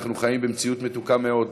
אנחנו חיים במציאות מתוקה מאוד,